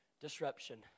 Disruption